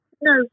No